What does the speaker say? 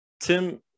Tim